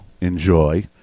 enjoy